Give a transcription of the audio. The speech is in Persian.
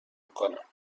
میکنم